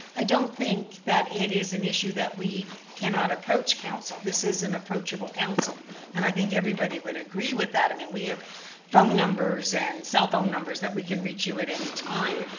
i don't think that it is an issue that we cannot approach council. this is an approachable council and i think everybody would agree with that. i mean, we have phone numbers and cell phone numbers that we can reach you at any time.